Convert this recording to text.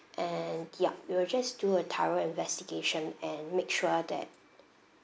and ya we will just do a thorough investigation and make sure that